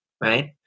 right